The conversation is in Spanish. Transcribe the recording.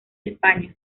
españa